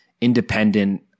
independent